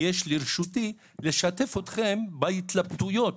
רציתי לשתף אתכם בהתלבטויות